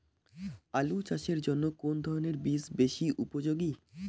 আলু চাষের জন্য কোন ধরণের বীজ বেশি উপযোগী?